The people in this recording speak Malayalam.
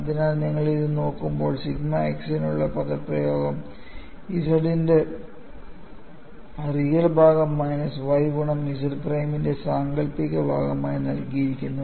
അതിനാൽ നിങ്ങൾ ഇത് നോക്കുമ്പോൾ സിഗ്മ x നുള്ള പദപ്രയോഗം Z ൻറെ റിയൽ ഭാഗം മൈനസ് y ഗുണം Z പ്രൈമിന്റെ സാങ്കൽപ്പിക ഭാഗമായി നൽകിയിരിക്കുന്നു